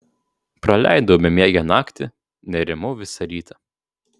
praleidau bemiegę naktį nerimau visą rytą